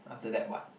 after that what